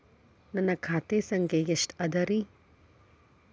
ನನ್ನ ಖಾತೆ ಸಂಖ್ಯೆ ಎಷ್ಟ ಅದರಿ?